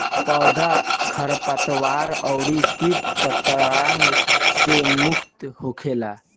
पौधा खरपतवार अउरी किट पतंगा से मुक्त होखेला